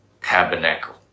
tabernacle